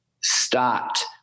stopped